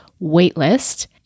waitlist